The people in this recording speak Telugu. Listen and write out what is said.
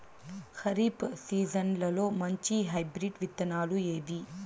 ఖరీఫ్ సీజన్లలో మంచి హైబ్రిడ్ విత్తనాలు ఏవి